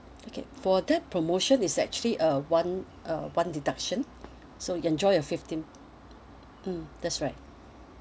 okay for that promotion it's actually uh one uh one deduction so you enjoy a fifteen mmhmm that's right